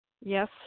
Yes